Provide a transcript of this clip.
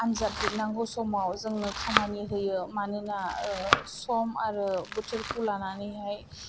आन्जाद लिरनांगौ समाव जोंनो खामानि होयो मानोना सम आरो बोथोरखौ लानानैहाय